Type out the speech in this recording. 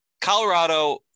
colorado